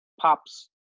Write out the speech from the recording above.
pops